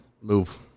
move